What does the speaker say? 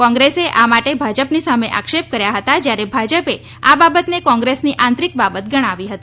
કોંગ્રેસે આ માટે ભાજપની સામે આક્ષેપ કર્યા હતા જ્યારે ભાજપે આ બાબતને કોંગ્રેસની આંતરિક બાબત ગણાવી હતી